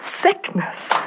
sickness